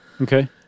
Okay